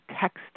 text